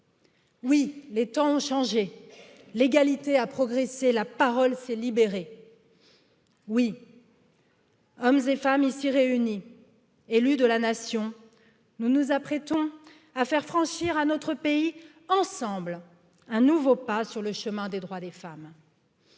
Oui, les temps ont changé, l'égalité a progressé, la parole s'est libérée Oui. Hommes et femmes ici réunis, élus de la nation, nous nous à faire franchir à notre pays ensemble un nouveau pas sur le chemin des droits des femmes.